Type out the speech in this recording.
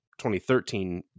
2013